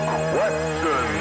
question